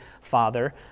Father